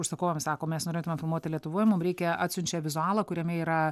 užsakovai sako mes norėtumėm filmuoti lietuvoje mums reikia atsiunčia vizualų kuriame yra